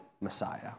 Messiah